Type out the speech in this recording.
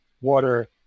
water